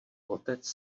otec